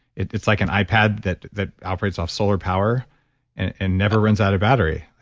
it's like an ipad that that operates off solar power and never runs out of battery